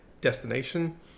destination